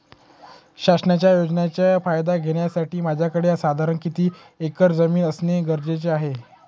शासनाच्या योजनेचा फायदा घेण्यासाठी माझ्याकडे साधारण किती एकर जमीन असणे गरजेचे आहे?